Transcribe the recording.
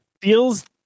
feels